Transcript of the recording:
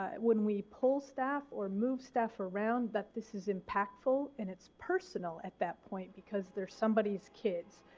when we pull staff or move stuff around that this is impactful and it's personal at that point because there's somebody's kids.